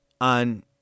on